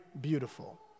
beautiful